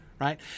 Right